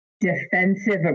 defensive